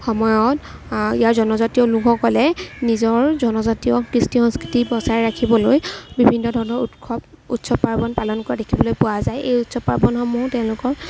সময়ত ইয়াৰ জনজাতীয় লোকসকলে নিজৰ জনজাতীয় কৃষ্টি সংস্কৃতি বজাই ৰাখিবলৈ বিভিন্ন ধৰণৰ উৎসৱ পাৰ্বণ পালন কৰা দেখিবলৈ পোৱা যায় উৎসৱ পাৰ্বণসমূহ তেওঁলোকৰ